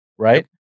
Right